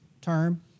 term